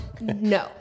no